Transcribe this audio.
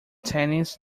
tennis